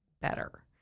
better